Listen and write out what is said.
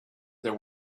there